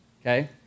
Okay